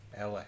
LA